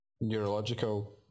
neurological